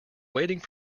waiting